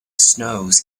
snows